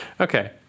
Okay